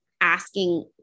asking